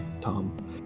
Tom